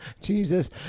Jesus